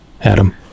adam